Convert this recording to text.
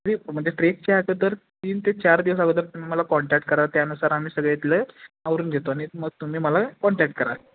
ते म्हणजे ट्रेकच्या असेल तर तीन ते चार दिवस अगोदर तुम्ही मला कॉन्टॅक्ट करा त्यानुसार आम्ही सगळे इथले आवरून घेतो आणि मग तुम्ही मला कॉन्टॅक्ट करा